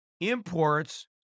imports